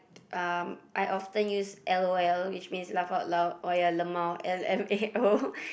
um I often use L_O_L which means laugh out loud or ya lmao L_M_A_O